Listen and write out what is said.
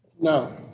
No